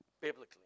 biblically